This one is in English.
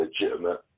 legitimate